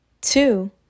Two